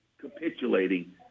capitulating